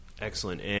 excellent